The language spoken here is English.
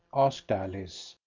asked alice.